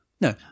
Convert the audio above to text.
No